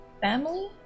Family